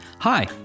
Hi